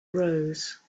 rose